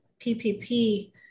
PPP